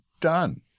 done